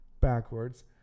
backwards